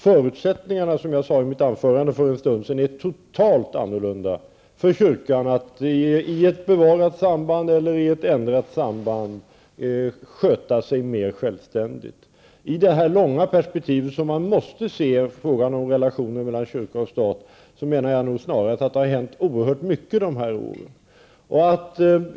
Förutsättningarna är, som jag sade i mitt anförande för en stund sedan, helt annorlunda för kyrkan för att i ett bevarat samband eller i ett förändra samband sköta sig mer självständigt. I det långa perspektiv som man måste se frågan om relationen mellan stat och kyrka menar jag att det snarast har hänt oerhört mycket under senare år.